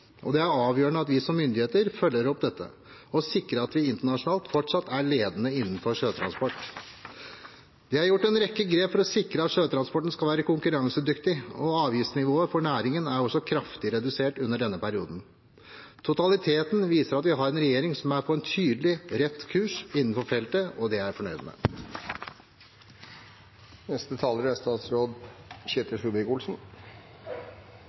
og det er avgjørende at vi som myndigheter følger opp dette, og sikrer at vi internasjonalt fortsatt er ledende innenfor sjøtransport. Det er gjort en rekke grep for å sikre at sjøtransporten skal være konkurransedyktig, og avgiftsnivået for næringen er også kraftig redusert i denne perioden. Totaliteten viser at vi har en regjering som er på en tydelig rett kurs innenfor feltet, og det er jeg fornøyd med. Norge har lange og stolte tradisjoner innenfor maritim industri. «Den norske sjømann» er